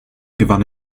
gewann